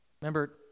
Remember